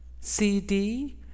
CD